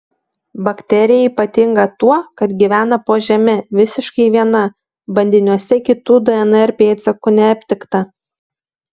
bakterija ypatinga tuo kad gyvena po žeme visiškai viena bandiniuose kitų dnr pėdsakų neaptikta